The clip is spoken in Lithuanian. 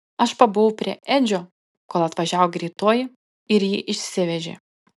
aš pabuvau prie edžio kol atvažiavo greitoji ir jį išsivežė